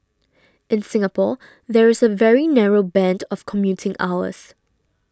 in Singapore there is a very narrow band of commuting hours